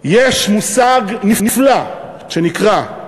יש מושג נפלא שנקרא: